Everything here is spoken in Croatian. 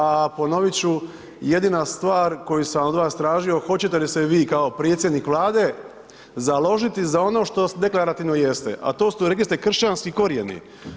A ponovit ću, jedina stvar koju sam od vas tražio, hoćete li se vi kao predsjednik Vlade založiti za ono što deklarativno jeste, a to ste rekli ste kršćanski korijeni.